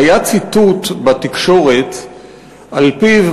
היה ציטוט בתקשורת שעל-פיו,